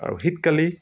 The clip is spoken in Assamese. আৰু শীতকালি